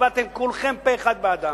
הצבעתם כולכם פה-אחד בעדם,